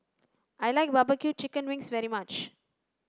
I like barbecue chicken wings very much